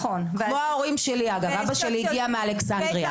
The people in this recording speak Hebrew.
כמו ההורים שלי אגב, אבא שלי הגיעה מאלכסנדריה.